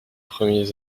premiers